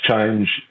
change